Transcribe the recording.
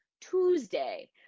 Tuesday